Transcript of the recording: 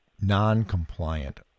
non-compliant